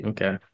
Okay